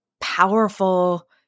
powerful